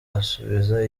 asubiza